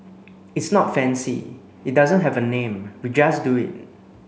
it's not fancy it doesn't have a name we just do it